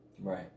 Right